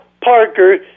Parker